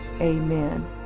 amen